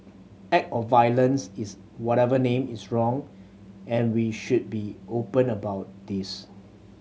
act of violence is whatever name is wrong and we should be open about this